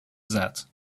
that